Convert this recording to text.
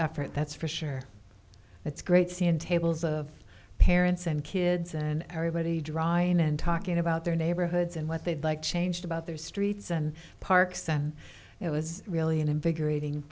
effort that's for sure it's great seeing tables of parents and kids and everybody drying and talking about their neighborhoods and what they'd like changed about their streets and parks and it was really an invigorating